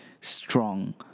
strong